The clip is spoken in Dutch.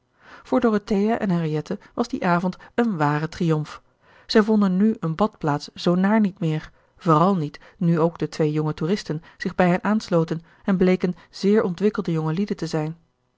voor dorothea en henriette was die avond een ware triumf zij vonden nu eene badplaats zoo naar niet meer vooral niet nu ook de twee jonge toeristen zich bij hen aansloten en bleken zeer ontwikkelde jongelieden te zijn